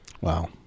Wow